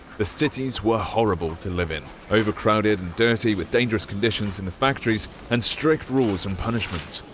the cities were horrible to live in. overcrowded, dirty, with dangerous conditions in the factories and strict rules and punishments.